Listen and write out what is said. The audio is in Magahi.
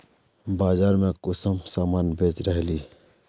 बाजार में कुंसम सामान बेच रहली?